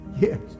Yes